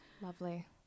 lovely